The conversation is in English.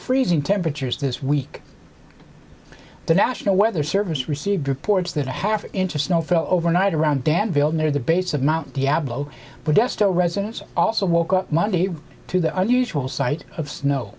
freezing temperatures this week the national weather service received reports that a half inch of snow fell overnight around danville near the base of mt diablo but yes the residents also woke up monday to the unusual sight of snow